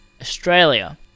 Australia